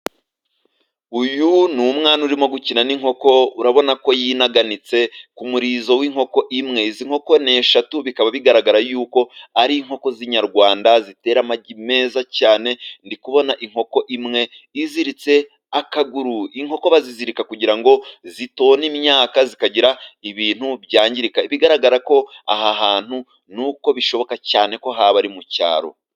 Uyu ni umwana urimo gukina n'inkoko urabona ko yinaganitse ku murizo w'inkoko imwe. Izi nkoko ni eshatu bikaba bigaragara yuko ari inkoko z'inyarwanda zitera amagi meza cyane, ndi kubona inkoko imwe iziritse akaguru. Inkoko bazizirika kugira ngo zitona imyaka zikagira ibintu byangirika bigaragara ko aha hantu nuko bishoboka cyane ko haba mu cyaro.